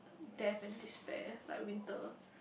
death and despair like winter